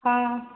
ହଁ